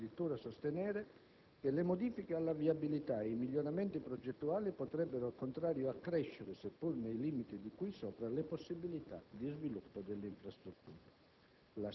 si può addirittura sostenere che le modifiche alla viabilità e i miglioramenti progettuali potrebbero, al contrario, accrescere, seppur nei limiti di cui sopra, le possibilità di sviluppo dell'infrastruttura.